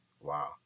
Wow